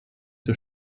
der